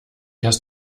hast